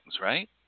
right